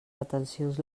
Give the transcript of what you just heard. retencions